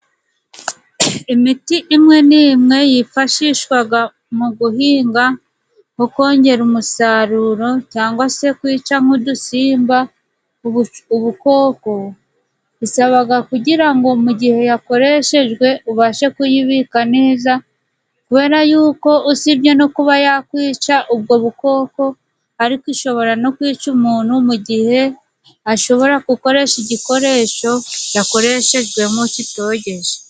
Imiti imwe n'imwe yifashishwaga mu guhinga no kongera umusaruro cyangwa se kwica nk'udusimba, ubukoko, bisabaga kugira ngo mu gihe yakoreshejwe ubashe kuyibika neza kubera y'uko usibye no kuba yakwica ubwo bukoko, ariko ishobora no kwica umuntu mu gihe ashobora gukoresha igikoresho yakoreshejwemo kitogeje.